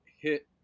hit